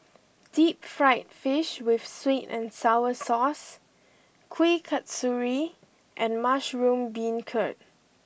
Deep Fried Fish with Sweet and Sour Sauce Kuih Kasturi and Mushroom Beancurd